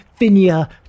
Finia